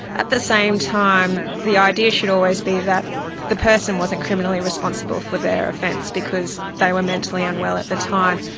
at the same time, the idea should always be that the person wasn't criminally responsible for their offense, because they were mentally unwell at the time,